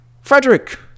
frederick